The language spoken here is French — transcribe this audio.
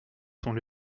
sont